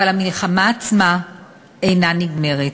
אבל המלחמה עצמה אינה נגמרת.